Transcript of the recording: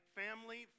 family